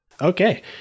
Okay